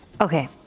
Okay